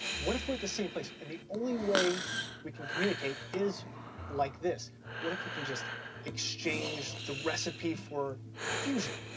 what if we're at the same place, and the only way we can communicate is like this? what if we can just exchange the recipe for fusion?